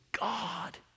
God